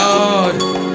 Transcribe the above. Lord